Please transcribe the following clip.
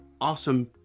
awesome